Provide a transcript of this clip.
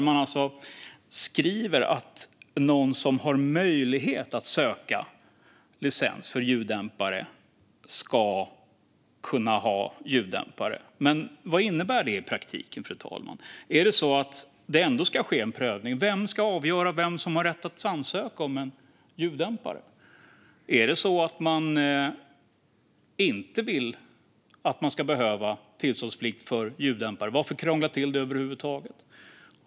Man skriver alltså att någon som har möjlighet att söka licens för ljuddämpare ska kunna ha ljuddämpare. Men vad innebär det i praktiken, fru talman? Är det så att det ändå ska ske en prövning? Vem ska avgöra vem som har rätt att ansöka om en ljuddämpare? Är det så att man inte vill att det ska behövas tillståndsplikt för ljuddämpare? Varför krångla till det över huvud taget?